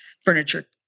furniture